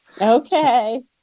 Okay